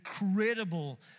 incredible